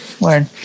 Word